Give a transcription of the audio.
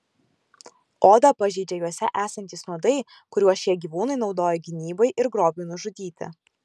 odą pažeidžia juose esantys nuodai kuriuos šie gyvūnai naudoja gynybai ir grobiui nužudyti